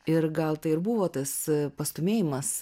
ir gal tai ir buvo tas pastūmėjimas